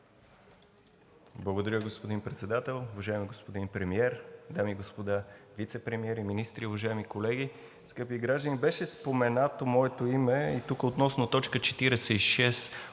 Благодаря, господин Председател. Уважаеми господин Премиер, дами и господа вицепремиери, министри, уважаеми колеги, скъпи граждани! Беше споменато моето име и тук относно т. 46